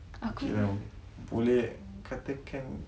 okay lah boleh katakan